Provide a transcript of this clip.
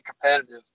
competitive